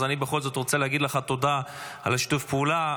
אז אני בכל זאת רוצה להגיד לך תודה על שיתוף הפעולה.